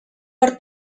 per